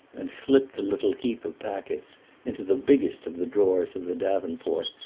and slipped the little heap of packets into the biggest of the drawers of the davenport,